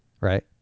right